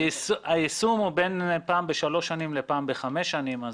היישום הוא בין פעם בשלוש שנים לבין פעם בחמש שנים.